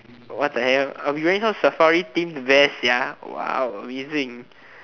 what the hell I be wearing some safari theme vest sia !wow! amazing